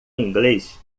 inglês